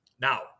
Now